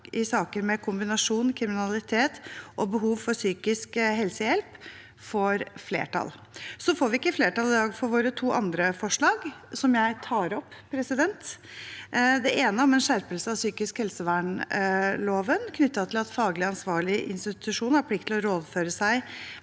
i saker med kombinasjonen kriminalitet og behov for psykisk helsehjelp får flertall. Vi får ikke flertall i dag for våre to andre forslag, som jeg tar opp. Det ene er om en skjerpelse av psykisk helsevernloven, knyttet til at faglig ansvarlig institusjon har plikt til å rådføre seg